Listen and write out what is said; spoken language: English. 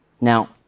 Now